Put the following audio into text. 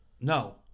No